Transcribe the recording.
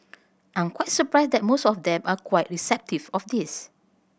I'm quite surprised that most of them are quite receptive of this